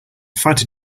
fighter